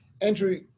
Andrew